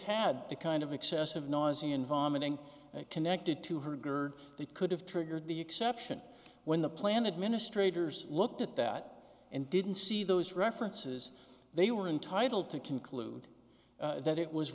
had the kind of excessive noise in vomiting connected to her gerd that could have triggered the exception when the plan administrator looked at that and didn't see those references they were entitled to conclude that it was